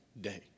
day